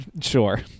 sure